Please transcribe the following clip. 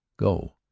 go.